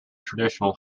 traditional